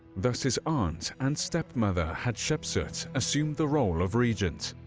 thus his aunt and stepmother hatshepsut assumed the role of regent.